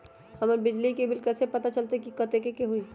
हमर बिजली के बिल कैसे पता चलतै की कतेइक के होई?